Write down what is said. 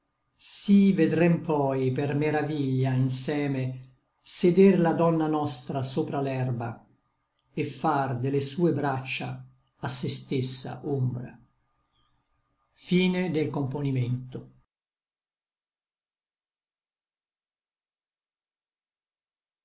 sí vedrem poi per meraviglia inseme seder la donna nostra sopra l'erba et far de le sue braccia a se stessa ombra solo et